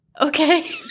okay